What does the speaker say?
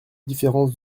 différence